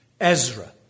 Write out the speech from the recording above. Ezra